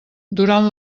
durant